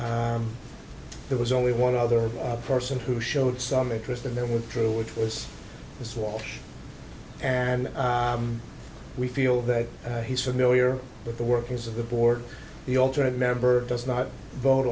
t there was only one other person who showed some interest and then withdrew which was this wall and we feel that he's familiar with the workings of the board the alternate member does not vote